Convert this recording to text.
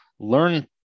learn